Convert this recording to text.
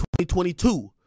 2022